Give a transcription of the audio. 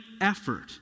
effort